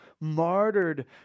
martyred